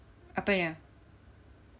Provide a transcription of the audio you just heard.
apa punya